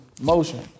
motion